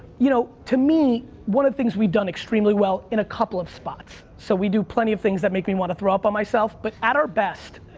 you know, to me, one of the things we've done extremely well in a couple of spots, so we do plenty of things that make me want to throw up on myself, but at our best,